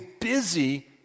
busy